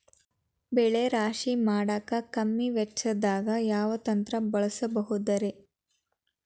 ಬೆಳೆ ರಾಶಿ ಮಾಡಾಕ ಕಮ್ಮಿ ವೆಚ್ಚದಾಗ ಯಾವ ಯಂತ್ರ ಬಳಸಬಹುದುರೇ?